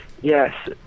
Yes